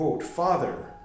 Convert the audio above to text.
Father